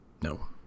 No